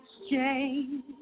exchange